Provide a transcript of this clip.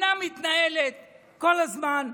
המדינה מתנהלת כל הזמן,